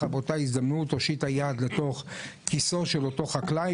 באותה הזדמנות הושיטה יד לתוך כיסו של אותו חקלאי,